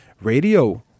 radio